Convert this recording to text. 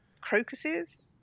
crocuses